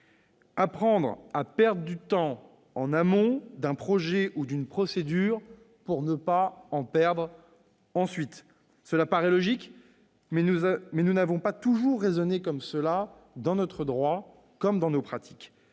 Apprendre à perdre du temps en amont d'un projet ou d'une procédure pour ne pas en perdre ensuite »: cela paraît logique, mais nous n'avons pas toujours raisonné ainsi dans notre droit comme dans nos pratiques.